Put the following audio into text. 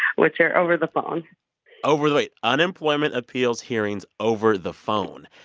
which are over the phone over the wait. unemployment appeals hearings over the phone.